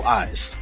eyes